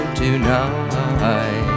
tonight